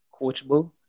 coachable